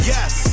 Yes